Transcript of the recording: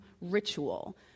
ritual